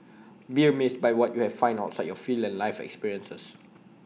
be amazed by what you find outside your field and life experiences